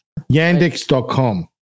Yandex.com